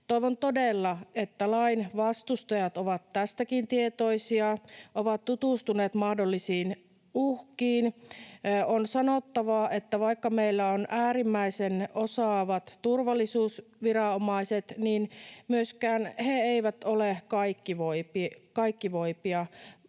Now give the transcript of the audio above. Toivon todella, että lain vastustajat ovat tästäkin tietoisia, ovat tutustuneet mahdollisiin uhkiin. On sanottava, että vaikka meillä on äärimmäisen osaavat turvallisuusviranomaiset, myöskään he eivät ole kaikkivoipia.